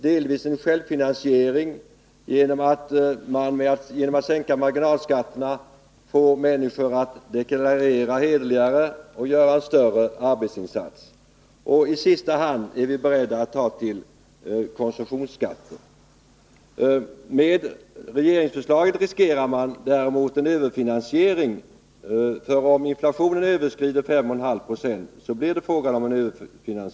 Delvis räknar vi med en självfinansiering till följd av en sänkning av marginalskatterna, en sänkning som får människor att deklarera hederligare och göra större arbetsinsatser. I sista hand är vi beredda att tillgripa konsumtionsskatter. Med regeringsförslaget riskerar man däremot en överfinansiering. Om inflationen överstiger 5,5 26, blir det nämligen fråga om en sådan.